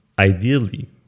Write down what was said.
Ideally